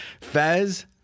Fez